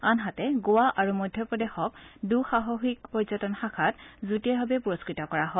আনহাতে গোৱা আৰু মধ্য প্ৰদেশত দুঃসাহসিক পৰ্যটন শাখাত যুটীয়াভাৱে পূৰস্থত কৰা হয়